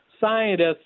scientists